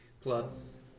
Plus